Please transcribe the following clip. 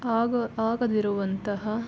ಆಗ ಆಗದಿರುವಂತಹ